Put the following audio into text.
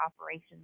operations